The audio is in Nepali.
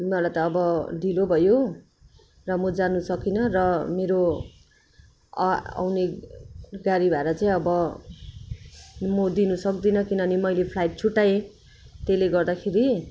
मलाई त अब ढिलो भयो र म जानु सकिनँ र मेरो आउने गाडी भाडा चाहिँ अब म दिनु सक्दिनँ किनकि मैले त फ्लाइट छुटाएँ त्यसले गर्दाखेरि